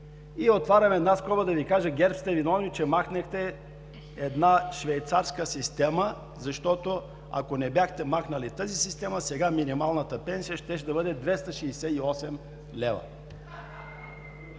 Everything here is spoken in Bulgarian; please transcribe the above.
Отварям една скоба, да Ви кажа – ГЕРБ сте виновни, че махнахте една швейцарска система, защото, ако не бяхте махнали тази система, сега минималната пенсия щеше да бъде 268 лв.